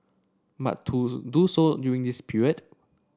but to do so during this period